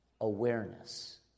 awareness